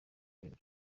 ikintu